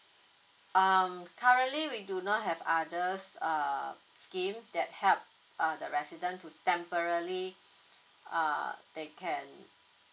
um currently we do not have others uh scheme that help uh the resident to temporally uh they can